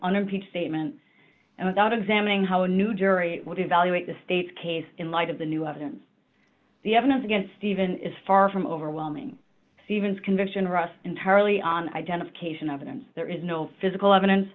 unimpeached statement and without examining how a new jury would evaluate the state's case in light of the new evidence the evidence against even is far from overwhelming stevens conviction rus entirely on identification evidence there is no physical evidence